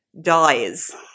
dies